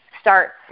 starts